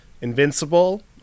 Invincible